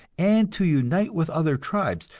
and to unite with other tribes,